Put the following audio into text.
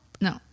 No